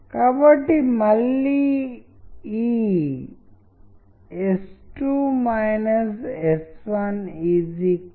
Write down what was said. కాబట్టి ఇది స్వయంగా చెప్పగలిగేంత శక్తివంతంగా ఉండదు ఇది మనం ఇంతకు ముందు చూసిన చిత్రాలతో మాత్రమే అది విలక్షణమైన రీతిలో తెలియజేయగలదు